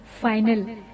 final